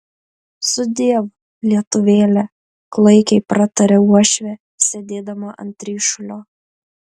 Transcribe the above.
sudiev lietuvėle klaikiai pratarė uošvė sėdėdama ant ryšulio